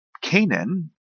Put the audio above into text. Canaan